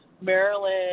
Maryland